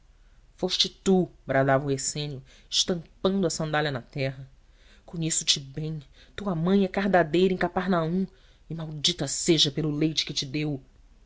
o essênio estampando a sandália na terra conheço-te bem tua mãe é cardadeira em cafarnaum e maldita seja pelo leite que te deu